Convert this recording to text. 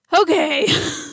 Okay